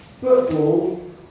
football